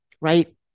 right